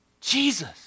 Jesus